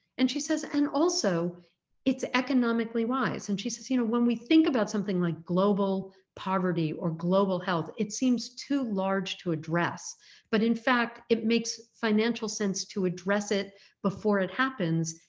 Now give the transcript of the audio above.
and she says and also it's economically wise and she says you know, when we think about something like global poverty or global health, it seems too large to address but in fact it makes financial sense to address it before it happens.